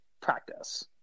practice